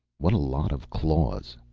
what a lot of claws,